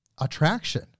attraction